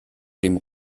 dem